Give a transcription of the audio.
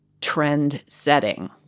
trend-setting